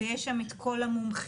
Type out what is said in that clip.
יש שם את כל המומחים,